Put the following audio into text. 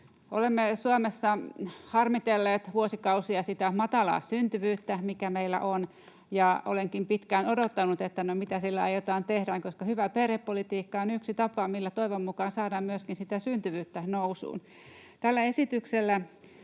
Olemme Suomessa harmitelleet vuosikausia sitä matalaa syntyvyyttä, mikä meillä on. Ja olenkin pitkään odottanut, että no, mitä sille aiotaan tehdä, koska hyvä perhepolitiikka on yksi tapa, millä toivon mukaan saadaan myöskin sitä syntyvyyttä nousuun. Tällä esityksellä